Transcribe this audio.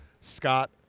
Scott